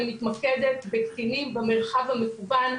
אני מתמקדת בקטינים במרחב המקוון,